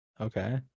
Okay